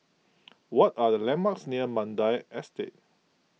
what are the landmarks near Mandai Estate